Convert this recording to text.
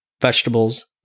vegetables